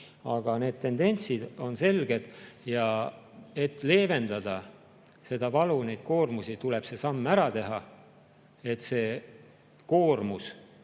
Aga need tendentsid on selged. Et leevendada seda valu, neid koormusi, tuleb see samm ära teha. Et see koormus